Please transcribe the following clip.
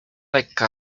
like